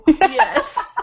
Yes